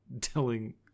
telling